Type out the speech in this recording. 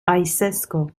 آیسِسکو